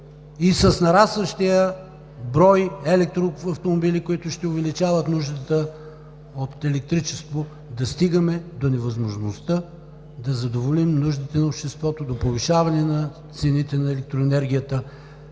и с нарастващия брой електроавтомобили, които ще увеличават нуждата от електричество, да стигаме до невъзможността да задоволим нуждите на обществото, до повишаване цените на електроенергията.